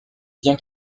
bien